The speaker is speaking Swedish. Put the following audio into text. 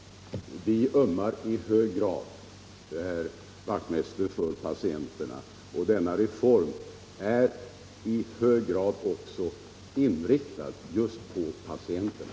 Vi ömmar i hög grad för patienterna, herr Wachtmeister. Denna reform är också särskilt inriktad just på patienterna.